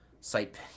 site